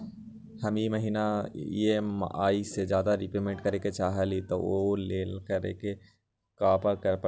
हम ई महिना में ई.एम.आई से ज्यादा रीपेमेंट करे के चाहईले ओ लेल की करे के परतई?